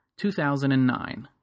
2009